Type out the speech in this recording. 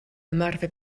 ymarfer